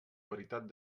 veritat